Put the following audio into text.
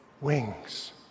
Wings